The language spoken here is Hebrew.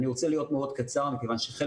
אני רוצה להיות מאוד קצר מכיוון שחלק